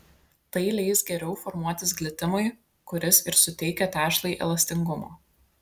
tai leis geriau formuotis glitimui kuris ir suteikia tešlai elastingumo